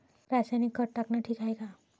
रासायनिक खत टाकनं ठीक हाये का?